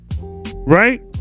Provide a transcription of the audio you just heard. right